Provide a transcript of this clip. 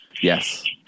Yes